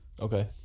Okay